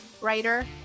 writer